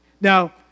Now